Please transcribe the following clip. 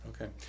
Okay